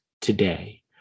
today